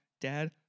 dad